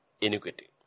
iniquity